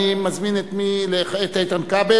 אני מזמין את חבר הכנסת איתן כבל,